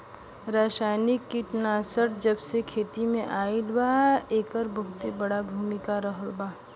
रासायनिक कीटनाशक जबसे खेती में आईल बा येकर बहुत बड़ा भूमिका रहलबा